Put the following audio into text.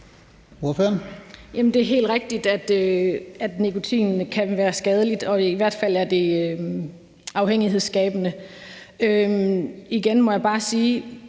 Det er helt rigtigt, at nikotin kan være skadeligt, og det er i hvert fald afhængighedsskabende. Igen må jeg bare sige,